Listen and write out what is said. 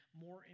more